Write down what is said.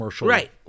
Right